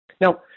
Now